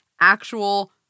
actual